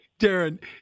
Darren